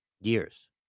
years